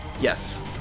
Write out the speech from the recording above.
yes